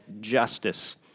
justice